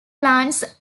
plants